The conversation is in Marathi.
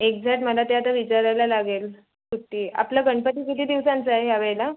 एक्झॅट मला ते आता विचारायला लागेल सुट्टी आपला गणपती किती दिवसांचा आहे ह्या वेळेला